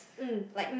like